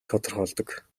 тодорхойлдог